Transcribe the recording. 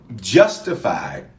justify